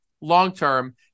long-term